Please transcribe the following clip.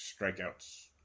strikeouts